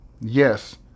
yes